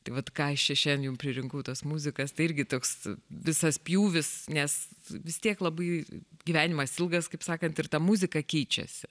tai vat ką aš čia šiandien jum pririnkau tos muzikas tai irgi toks visas pjūvis nes vis tiek labai gyvenimas ilgas kaip sakant ir ta muzika keičiasi